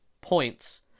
points